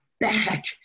back